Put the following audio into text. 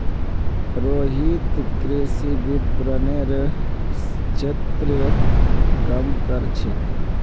रोहित कृषि विपणनेर क्षेत्रत काम कर छेक